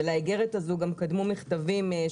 ולאיגרת הזו גם קדמו מכתבים.